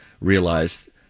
realized